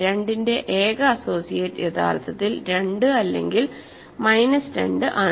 2 ന്റെ ഏക അസോസിയേറ്റ് യഥാർത്ഥത്തിൽ 2 അല്ലെങ്കിൽ മൈനസ് 2 ആണ്